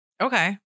Okay